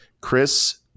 Chris